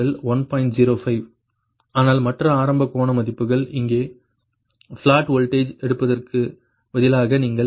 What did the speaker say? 05 ஆனால் மற்ற ஆரம்ப கோண மதிப்புகள் இங்கே பிளாட் வோல்டேஜ் எடுப்பதற்குப் பதிலாக நீங்கள் 1